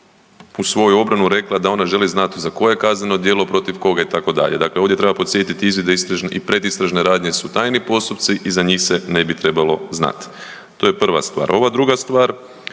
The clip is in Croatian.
u svoju obranu rekla da ona želi znati za koje kazneno djelo, protiv koga itd. Dakle, ovdje treba podsjetiti izvidi i predistražne radnje su tajni postupci i za njih se ne bi trebalo znati. To je prva stvar. Ova druga stvar